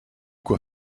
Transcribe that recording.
quoi